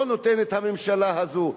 הממשלה הזאת לא נותנת.